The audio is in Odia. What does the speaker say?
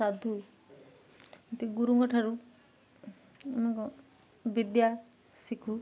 ସାଧୁ ଗୁରୁଙ୍କ ଠାରୁ ଆମେ କଁ ବିଦ୍ୟା ଶିଖୁ